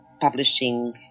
publishing